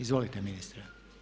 Izvolite ministre.